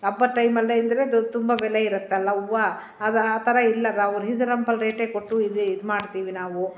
ಹಬ್ಬದ ಟೈಮಲ್ಲೇ ಅಂದರೆ ತುಂಬ ಬೆಲೆ ಇರುತ್ತಲ್ಲ ಹೂವು ಆಗ ಆ ಥರ ಇಲ್ಲ ನಾವು ರೀಸನೆಬಲ್ ರೇಟೇ ಕೊಟ್ಟು ಇದು ಇದ್ಮಾಡ್ತೀವಿ ನಾವು